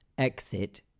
Exit